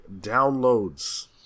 downloads